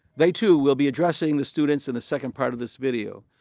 they, too, will be addressing the students in the second part of this video.